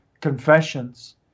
confessions